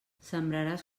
sembraràs